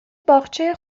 باغچه